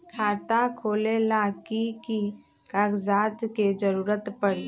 खाता खोले ला कि कि कागजात के जरूरत परी?